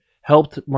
helped